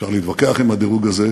אפשר להתווכח עם הדירוג הזה,